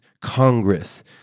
Congress